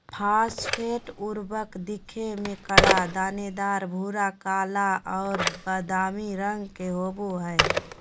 phosphate उर्वरक दिखे में कड़ा, दानेदार, भूरा, काला और बादामी रंग के होबा हइ